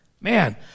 Man